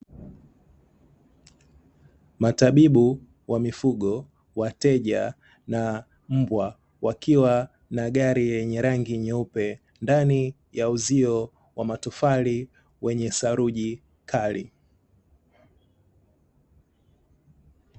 Matabibu wa mifugo, wateja na mbwa, wakiwa na gari lenye rangi nyeupe ndani ya uzio wa matofali wenye saruji kali.